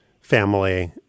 family